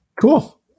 Cool